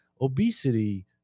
obesity